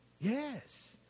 Yes